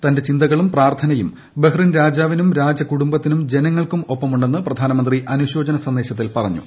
തന്റെ ചിന്തകളും പ്രാർത്ഥനയും ബഹ്റിൻ രാജാവിനും രാജകുടുംബത്തിനും ജന്മങ്ങൾക്കും ഒപ്പമുണ്ടെന്ന് പ്രധാനമന്ത്രി അനുശോചന സന്ദേശ്ത്തിൽ പറഞ്ഞു